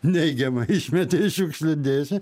neigiamą išmetė į šiukšlių dėžę